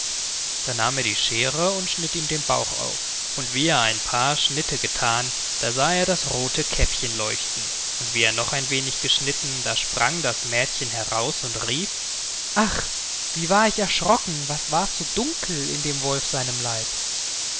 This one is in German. da nahm er die scheere und schnitt ihm den bauch auf und wie er ein paar schritte gethan da sah er das rothe käppchen leuchten und wie er noch ein wenig geschnitten da sprang das mädchen heraus und rief ach wie war ich erschrocken was wars so dunkel in dem wolf seinem leib